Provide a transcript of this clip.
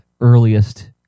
earliest